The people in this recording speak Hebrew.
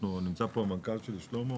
נמצא פה המנכ"ל שלמה.